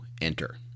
enter